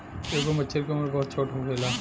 एगो मछर के उम्र बहुत छोट होखेला